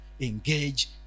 engage